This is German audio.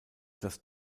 das